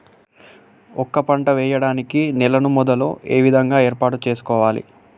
ఒక పంట వెయ్యడానికి నేలను మొదలు ఏ విధంగా ఏర్పాటు చేసుకోవాలి?